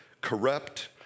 corrupt